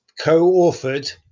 co-authored